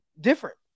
different